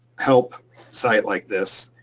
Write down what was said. help site like this,